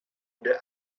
the